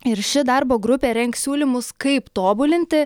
ir ši darbo grupė rengs siūlymus kaip tobulinti